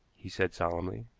he said solemnly.